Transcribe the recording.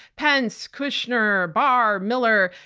pence, kushner, barr, miller,